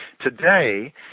today